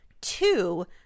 Two